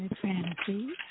fantasy